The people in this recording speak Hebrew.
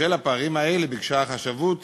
בשל הפערים האלה ביקשה החשבות